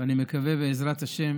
אני מקווה, בעזרת השם,